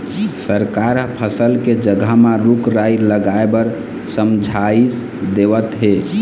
सरकार ह फसल के जघा म रूख राई लगाए बर समझाइस देवत हे